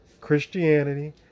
Christianity